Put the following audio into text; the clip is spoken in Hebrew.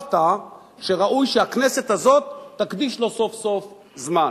וחשבת שראוי שהכנסת הזאת תקדיש לו סוף-סוף זמן.